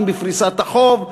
אם בפריסת החוב,